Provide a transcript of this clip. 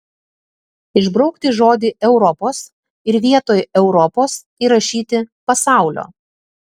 išbraukti žodį europos ir vietoj europos įrašyti pasaulio